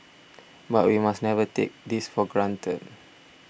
but we must never take this for granted